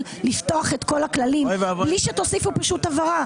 לפתוח את כל הכללים בלי שתוסיפו הבהרה,